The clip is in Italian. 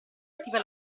attiva